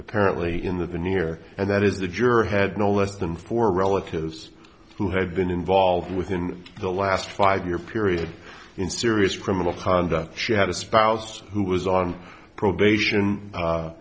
apparently in the new year and that is the juror had no less than four relatives who had been involved within the last five year period in serious criminal conduct she had a spouse who was on probation